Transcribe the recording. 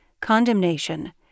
condemnation